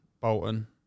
Bolton